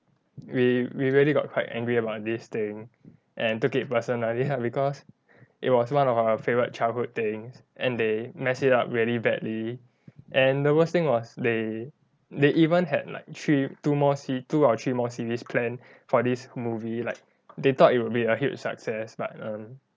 we we really got quite angry about this thing and took it personally ah because it was one of our favourite childhood things and they messed it up really badly and the worst thing was they they even had like three two more se~ two or three more series planned for this movie like they thought it would be a huge success but um